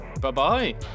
Bye-bye